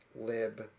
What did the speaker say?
lib